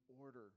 order